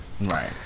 Right